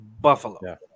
buffalo